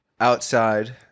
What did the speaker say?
Outside